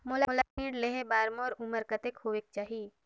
मोला ऋण लेहे बार मोर उमर कतेक होवेक चाही?